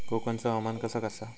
कोकनचो हवामान कसा आसा?